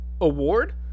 award